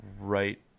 right